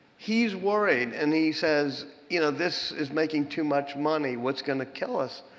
he's worried. and he says, you know, this is making too much money. what's going to kill us?